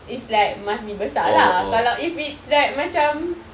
is like must be besar lah kalau if it's like macam